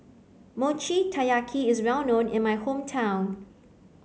Mochi Taiyaki is well known in my hometown